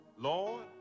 Lord